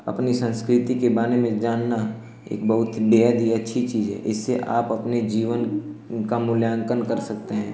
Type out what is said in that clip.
अपनी संस्कृति के बारे में जानना एक बहुत बेहद ही अच्छी चीज़ है इससे आप अपने जीवन का मूल्यांकन कर सकते हैं